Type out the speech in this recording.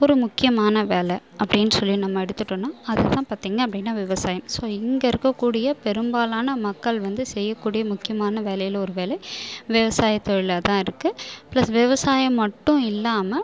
ஒரு முக்கியமான வேலை அப்படின்னு சொல்லி நம்ம எடுத்துட்டோம்னா அது தான் பார்த்திங்க அப்படின்னா விவசாயம் ஸோ இங்கே இருக்கக்கூடிய பெரும்பாலான மக்கள் வந்து செய்யக்கூடிய முக்கியமான வேலையில ஒரு வேலை விவசாய தொழிலாக தான் இருக்கு ப்ளஸ் விவசாயம் மட்டும் இல்லாமல்